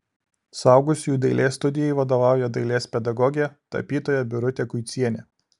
suaugusiųjų dailės studijai vadovauja dailės pedagogė tapytoja birutė kuicienė